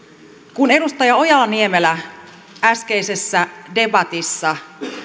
kun edustaja ojala niemelä äskeisessä debatissa